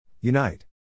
Unite